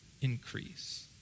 increase